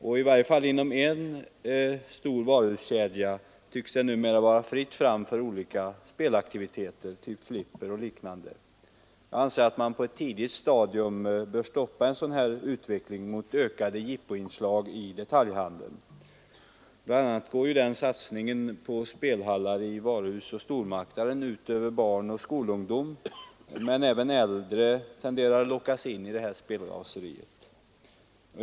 I varje fall inom en stor varuhuskedja tycks det numera vara fritt fram för spelaktiviteter, typ Flipper och liknande. Jag anser att man på ett tidigt stadium bör stoppa en sådan här utveckling mot ökade jippoinslag i detaljhandeln. Satsningen på spelhallar i varuhus och stormarknader går ju bl.a. ut över barn och skolungdom, men även äldre tenderar att lockas in i detta spelraseri.